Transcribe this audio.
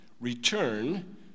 return